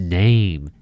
name